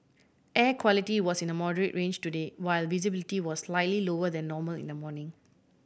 air quality was in the moderate range today while visibility was slightly lower than normal in the morning